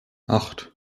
acht